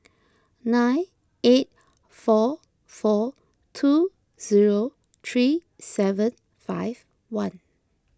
nine eight four four two zero three seven five one